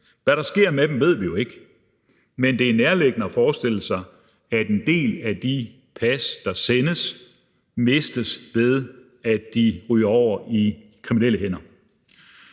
Hvad der sker med dem, ved vi jo ikke, men det er nærliggende at forestille sig, at en del af de pas, der sendes, mistes, ved at de kommer i kriminelle hænder.